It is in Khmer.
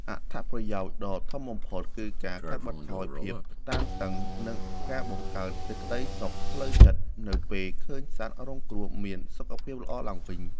អត្ថប្រយោជន៍ដ៏ធំបំផុតគឺការកាត់បន្ថយភាពតានតឹង និងការបង្កើនសេចក្ដីសុខផ្លូវចិត្តនៅពេលឃើញសត្វរងគ្រោះមានសុខភាពល្អឡើងវិញ។